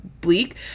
Bleak